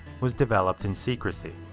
was developed in secrecy.